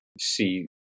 see